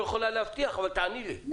"אני לא יכולה להבטיח" אבל תעני לי,